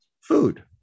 food